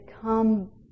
come